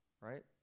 right